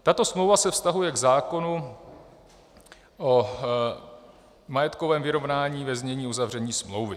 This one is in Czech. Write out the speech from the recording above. Tato smlouva se vztahuje k zákonu o majetkovém vyrovnání ve znění uzavření smlouvy.